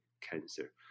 cancer